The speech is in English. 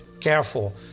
careful